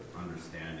Understanding